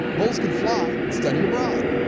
bulls can fly study abroad.